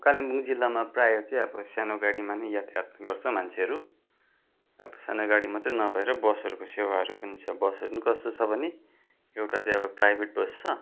कालिम्पोङ जिल्लामा प्रायः चाहिँ अब सानो गाडीमा नै यातायात गर्छ मान्छेहरू अब सानो गाडी मात्रै नभएर बसहरूको सेवाहरू पनि छ बसहरू पनि कस्तो छ भने एउटा चाहिँ अब प्राइभेट बस छ